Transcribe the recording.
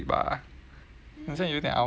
好像有点 ulcer